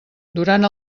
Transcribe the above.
durant